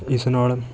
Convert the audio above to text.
ਇਸ ਨਾਲ